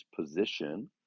position